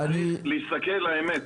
צריך להסתכל לאמת.